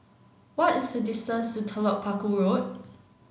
what is the distance to Telok Paku Road